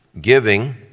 giving